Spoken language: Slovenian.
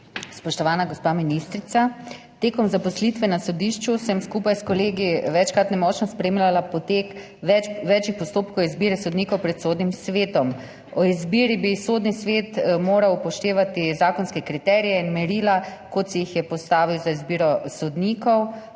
Spoštovana gospa ministrica! Med zaposlitvijo na sodišču sem skupaj s kolegi večkrat nemočno spremljala potek več postopkov izbire sodnikov pred Sodnim svetom. Ob izbiri bi Sodni svet moral upoštevati zakonske kriterije in merila, kot si jih je postavil za izbiro sodnikov,